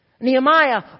Nehemiah